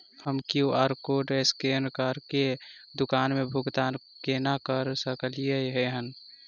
हम QR code scan करके दुकान मे भुगतान केना करऽ सकलिये एहन?